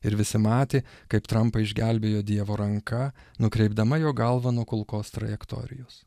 ir visi matė kaip trampą išgelbėjo dievo ranka nukreipdama jo galvą nuo kulkos trajektorijos